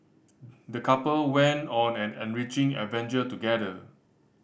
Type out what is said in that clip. the couple went on an enriching adventure together